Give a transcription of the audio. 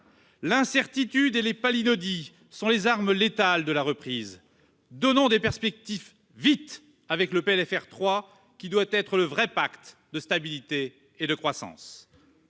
L'incertitude et les palinodies sont les armes létales de la reprise. Donnons vite des perspectives avec un PLFR 3, véritable pacte de stabilité et de croissance